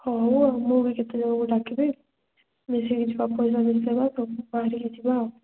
ହଉ ଆଉ ମୁଁ ବି କେତେଜଣଙ୍କୁ ଡାକିବି ମିଶିକି ଯିବା ମିଶେଇବା ସବୁ କରିକି ଯିବା ଆଉ